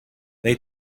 they